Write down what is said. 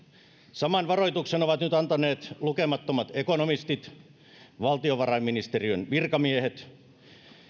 saman varoituksen ovat nyt antaneet lukemattomat ekonomistit valtiovarainministeriön virkamiehet